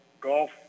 golf